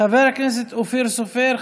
חבר הכנסת אופיר סופר,